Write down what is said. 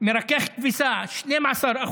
מרכך כביסה, 12%,